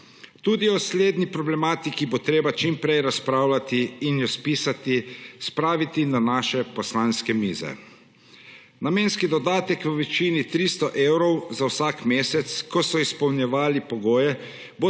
Tudi o slednji problematiki bo treba čim prej razpravljati in jo spisati, spraviti na naše poslanske mize. Namenski dodatek v višini 300 evrov za vsak mesec, ko so izpolnjevali pogoje,